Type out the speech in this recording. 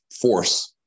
force